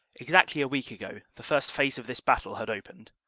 exactly a week ago the first phase of this battle had opened.